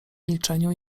milczeniu